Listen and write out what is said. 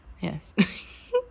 yes